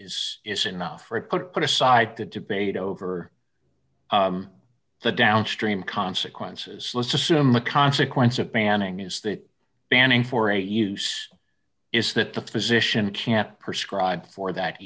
is is enough or it could put aside the debate over the downstream consequences let's assume the consequence of banning is that banning for a use is that the physician can't prescribe for that